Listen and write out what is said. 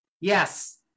Yes